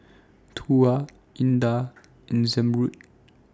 Tuah Indah and Zamrud